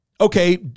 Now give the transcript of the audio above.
Okay